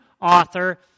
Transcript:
author